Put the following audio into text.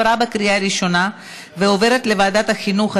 לוועדת החינוך,